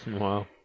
wow